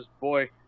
boy